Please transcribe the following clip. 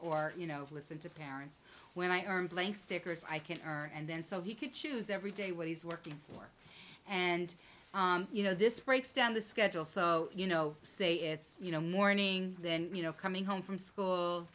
or you know listen to parents when i am blank stickers i can't r and then so he could choose every day what he's working for and you know this breaks down the schedule so you know say it's you know morning then you know coming home from school